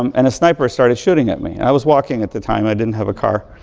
um and a sniper started shooting at me. i was walking at the time i didn't have a car.